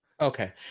okay